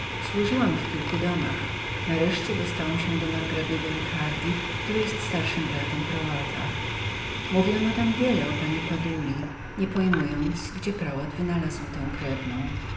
służyłam w kilku domach nareszcie dostałam się do margrabiego ricardi brata twego znajomego mówiono tam wiele o pani baduli i nie pojmowano gdzie signor ricardi wynalazł tę krewnę